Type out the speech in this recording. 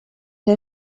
der